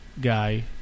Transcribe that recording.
guy